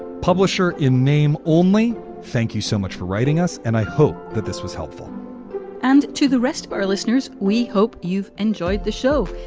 publisher in name only. thank you so much for writing us, and i hope that this was helpful and to the rest of our listeners, we hope you've enjoyed the show.